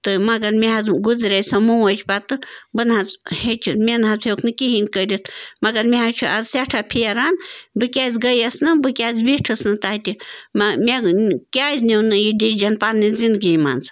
تہٕ مگر مےٚ حظ گُزرے سۄ موج پَتہٕ بہٕ نہٕ حظ ہیٚچ مےٚ نہٕ حظ ہیوٚک نہٕ کِہیٖنۍ کٔرِتھ مگر مےٚ حظ چھِ آز سٮ۪ٹھاہ پھیران بہٕ کیٛازِ گٔیَس نہٕ بہٕ کیٛازِ بیٖٹھٕس نہٕ تَتہِ مےٚ کیٛازِ نیوٗ نہٕ یہِ ڈِسجَن پنٛنہِ زنٛدگی منٛز